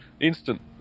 Instant